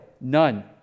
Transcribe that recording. None